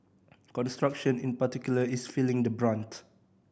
construction in particular is feeling the brunt